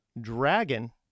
dragon